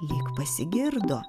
lyg pasigirdo